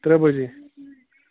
ترٛےٚ بجے